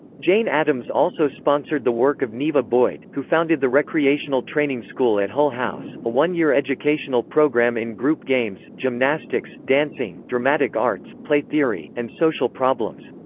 jane addams also sponsored the work of neva boyd, who founded the recreational training school at hull house, a one-year educational program in group games, gymnastics, dancing, dramatic arts, play theory, and social problems.